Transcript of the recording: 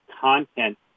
content